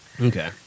Okay